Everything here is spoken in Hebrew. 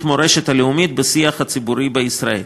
מורשת לאומית בשיח הציבורי בישראל.